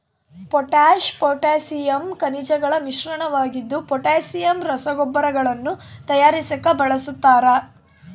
potash potassium ಖನಿಜಗಳ ಮಿಶ್ರಣವಾಗಿದ್ದು potassium ರಸಗೊಬ್ಬರಗಳನ್ನು ತಯಾರಿಸಾಕ ಬಳಸ್ತಾರ